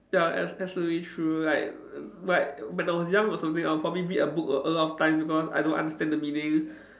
ya ab~ absolutely true like like when I was young or something I'd probably read the book a a lot of times cause I don't understand the meaning